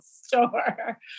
store